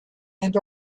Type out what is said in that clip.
and